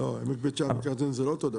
לא, עמק בית שאן זה לא אותו דבר.